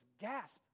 gasp